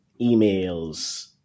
emails